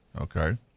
Okay